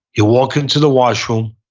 you walk into the washroom,